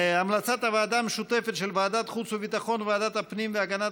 המלצת הוועדה המשותפת של ועדת החוץ והביטחון וועדת הפנים והגנת